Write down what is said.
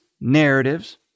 narratives